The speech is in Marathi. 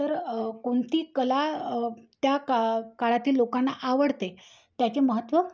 तर कोणती कला त्या का काळातील लोकांना आवडते त्याचे महत्त्व